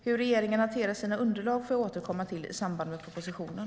Hur regeringen hanterar sina underlag får jag återkomma till i samband med propositionen.